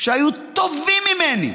שהיו טובים ממני?